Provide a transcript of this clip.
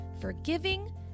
forgiving